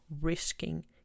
risking